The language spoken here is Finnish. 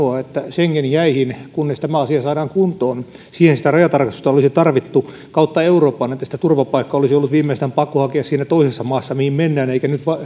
schengen jäihin kunnes tämä asia saadaan kuntoon siihen sitä rajatarkastusta olisi tarvittu kautta euroopan että turvapaikkaa olisi ollut viimeistään pakko hakea siinä toisessa maassa mihin mentiin eikä